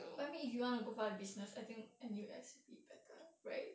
but I mean if you want to go like business I think N_U_S will be better right